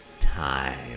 time